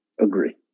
agree